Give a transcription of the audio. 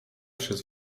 przez